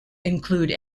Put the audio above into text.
include